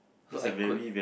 so I could